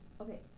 Okay